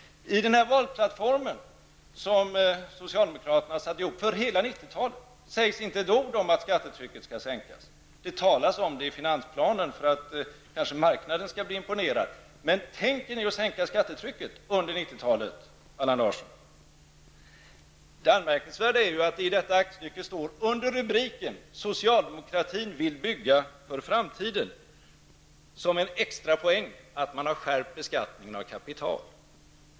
I den valplattform som socialdemokraterna satt ihop för hela 90-talet sägs inte ett ord om att skattetrycket skall sänkas. Det talas om det i finansplanen -- kanske för att marknaden skall bli imponerad. Men tänker ni sänka skattetrycket under 90-talet, Allan Larsson? Det är anmärkningsvärt att det i detta aktstycke under rubriken ''Socialdemokratin vill bygga för framtiden'' framhålls som en extrapoäng, att man har skärpt beskattningen av kapital.